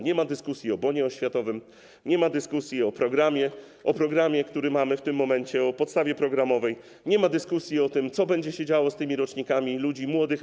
Nie ma dyskusji o bonie oświatowym, nie ma dyskusji o programie, który mamy w tym momencie, o podstawie programowej, nie ma dyskusji o tym, co będzie się działo z tymi rocznikami ludzi młodych.